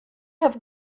have